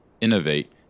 innovate